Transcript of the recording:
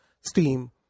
STEAM